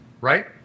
right